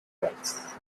bricks